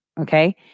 Okay